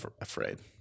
afraid